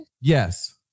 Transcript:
Yes